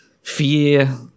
fear